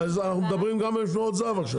אנחנו מדברים גם על משמרות זה"ב עכשיו.